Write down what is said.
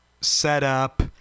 setup